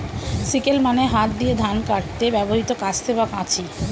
sickle মানে হাত দিয়ে ধান কাটতে ব্যবহৃত কাস্তে বা কাঁচি